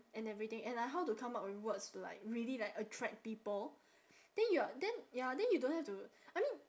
and everything and like how to come up with words like really like attract people then you are then ya then you don't have to I mean